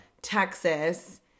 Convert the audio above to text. Texas